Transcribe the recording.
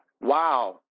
wow